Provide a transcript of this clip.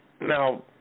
Now